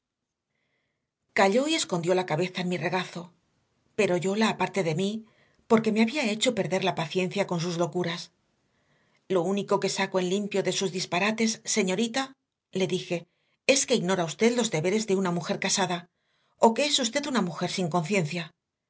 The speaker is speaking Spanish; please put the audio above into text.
calló y escondió la cabeza en mi regazo pero yo la aparté de mí porque me había hecho perder la paciencia con sus locuras lo único que saco en limpio de sus disparates señorita le dije es que ignora usted los deberes de una mujer casada o que es usted una mujer sin conciencia